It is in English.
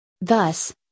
Thus